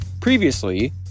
Previously